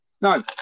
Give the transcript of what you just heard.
No